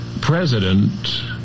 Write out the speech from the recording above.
President